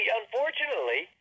unfortunately